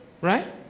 right